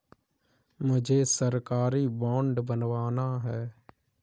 मुझे सरकारी बॉन्ड बनवाना है